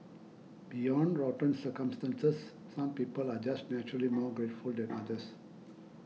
beyond rotten circumstances some people are just naturally more grateful than others